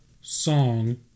song